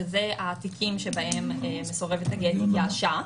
וזה התיקים שבהם מסורבת הגט התייאשה.